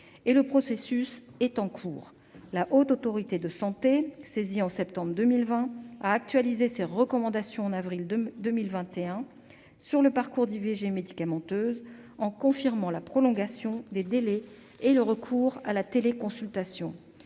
Le processus est en cours. La Haute Autorité de santé, saisie en septembre 2020, a actualisé ses recommandations en avril 2021 sur le parcours d'IVG médicamenteuse, en confirmant la prolongation des délais et le recours à la téléconsultation.